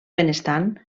benestant